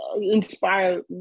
inspire